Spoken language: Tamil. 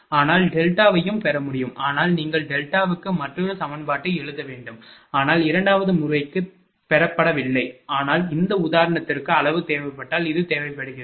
ஆனால் டெல்டாவையும் பெற முடியும் ஆனால் நீங்கள் டெல்டாவுக்கு மற்றொரு சமன்பாட்டை எழுத வேண்டும் ஆனால் இரண்டாவது முறைக்கு பெறப்படவில்லை ஆனால் இந்த உதாரணத்திற்கு அளவு தேவைப்பட்டால் இது தேவைப்படுகிறது